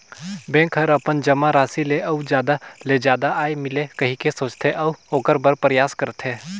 bank हर अपन जमा राशि ले अउ जादा ले जादा आय मिले कहिके सोचथे, अऊ ओखर बर परयास करथे